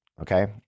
okay